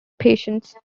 patients